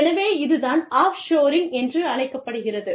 எனவே இது தான் ஆஃப் ஷோரிங்க் என்று அழைக்கப்படுகிறது